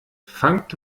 fangt